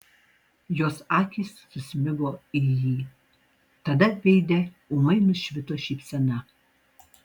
jos akys susmigo į jį tada veide ūmai nušvito šypsena